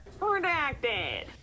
Redacted